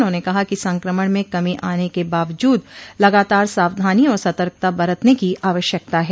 उन्होंने कहा कि संकमण में कमी आने के बावजूद लगातार सावधानी और सतर्कता बरतने की आवश्यकता है